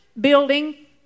building